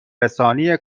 رسانی